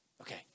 Okay